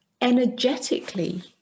energetically